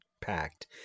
packed